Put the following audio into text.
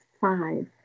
five